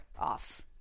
off